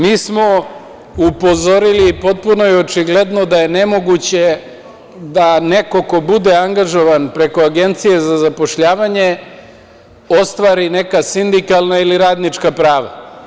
Mi smo upozorili i potpuno je očigledno da je nemoguće da neko ko bude angažovan preko Agencije za zapošljavanje ostvari neka sindikalna ili radnička prava.